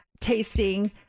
tasting